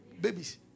Babies